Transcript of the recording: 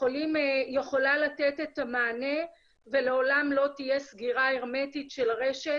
יכולה לתת את המענה ולעולם לא תהיה סגירה הרמטית של הרשת